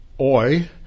oi